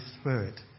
Spirit